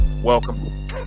Welcome